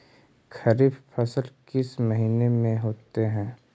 खरिफ फसल किस महीने में होते हैं?